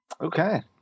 Okay